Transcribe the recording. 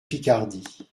picardie